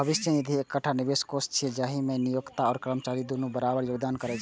भविष्य निधि एकटा निवेश कोष छियै, जाहि मे नियोक्ता आ कर्मचारी दुनू बराबर योगदान करै छै